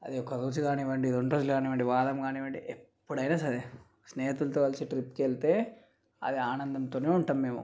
అది ఒకరోజు కానివ్వండి రెండు రోజులు కానివ్వండి వారం కానివ్వండి ఎప్పుడైనా సరే స్నేహితులతో కలిసి ట్రిప్కెళ్తే అది ఆనందంతోనే ఉంటం మేము